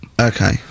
Okay